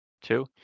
two